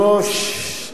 היושב-ראש,